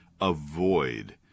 avoid